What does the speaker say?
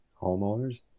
homeowners